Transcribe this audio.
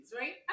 right